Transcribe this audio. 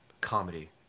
Comedy